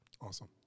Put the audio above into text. awesome